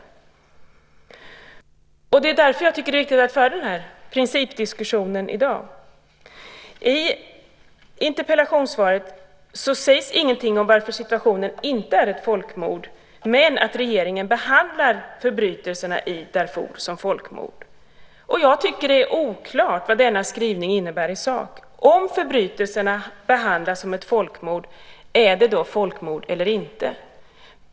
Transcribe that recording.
Det är därför som jag tycker att det är viktigt att föra denna principdiskussion i dag. I interpellationssvaret sägs ingenting om varför situationen inte är folkmord, men att regeringen behandlar förbrytelserna i Darfur som folkmord. Jag tycker att det är oklart vad denna skrivning innebär i sak. Om förbrytelserna behandlas som ett folkmord, är det då folkmord eller inte?